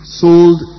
sold